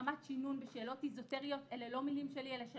ברמת שינון בשאלות איזוטריות ואלה לא מילים שלי אלא של